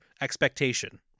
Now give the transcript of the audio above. expectation